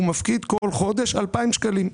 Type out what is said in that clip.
הוא מפקיד על חודש 2,000 שקלים.